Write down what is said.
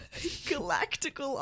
Galactical